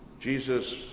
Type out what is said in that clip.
Jesus